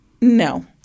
No